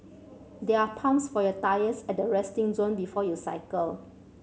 there are pumps for your tyres at the resting zone before you cycle